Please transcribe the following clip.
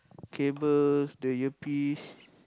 cables the earpiece